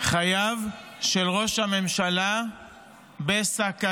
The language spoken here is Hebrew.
חייו של ראש הממשלה בסכנה.